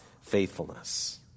faithfulness